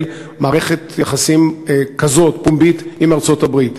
פומבית מערכת יחסים כזאת עם ארצות-הברית.